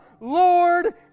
Lord